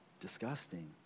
disgusting